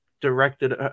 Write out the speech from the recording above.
directed –